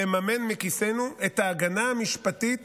לממן מכיסנו את ההגנה המשפטית